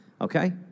Okay